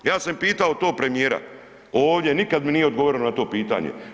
Ja sam pitao to premijera ovdje, nikada mi nije odgovorio na to pitanje.